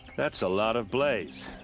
that's a lot of blaze!